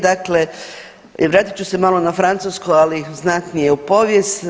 Dakle, vratit ću se malo na Francusku ali znatnije u povijest.